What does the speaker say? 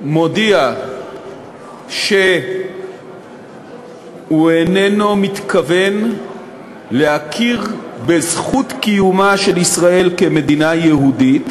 מודיע שהוא איננו מתכוון להכיר בזכות קיומה של ישראל כמדינה יהודית,